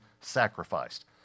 sacrificed